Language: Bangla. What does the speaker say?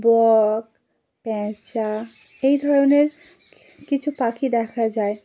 বক প্যাঁচা এই ধরনের কিছু পাখি দেখা যায়